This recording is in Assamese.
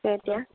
তাকে এতিয়া